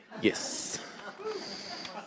Yes